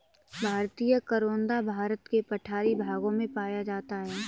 भारतीय करोंदा भारत के पठारी भागों में पाया जाता है